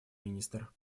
министр